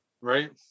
Right